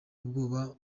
ubwoba